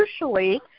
crucially